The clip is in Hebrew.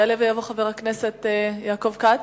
יעלה ויבוא חבר הכנסת יעקב כץ.